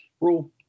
rule